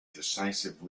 decisive